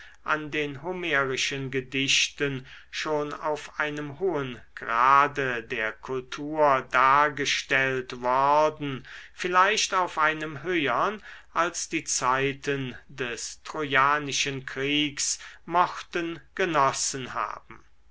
in den homerischen gedichten schon auf einem hohen grade der kultur dargestellt worden vielleicht auf einem höhern als die zeiten des trojanischen kriegs mochten genossen haben